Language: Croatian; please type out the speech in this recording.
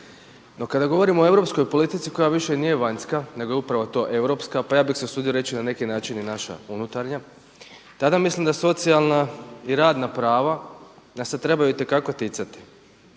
No kada govorimo o europskoj politici koja nije više vanjska nego je upravo to europska pa ja bih se usudio reći na neki način i naša nutarnja, tada mislim da socijalna i radna prava da se trebaju itekako ticati.